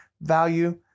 value